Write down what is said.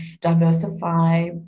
diversify